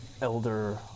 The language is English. elder